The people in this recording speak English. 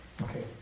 Okay